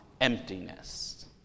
emptiness